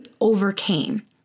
overcame